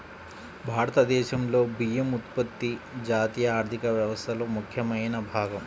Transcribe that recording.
భారతదేశంలో బియ్యం ఉత్పత్తి జాతీయ ఆర్థిక వ్యవస్థలో ముఖ్యమైన భాగం